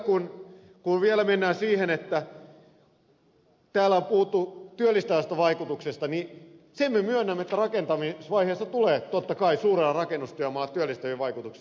kun vielä mennään siihen että täällä on puhuttu työllistävästä vaikutuksesta niin sen me myönnämme että rakentamisvaiheessa tulee totta kai suurella rakennustyömaalla työllistäviä vaikutuksia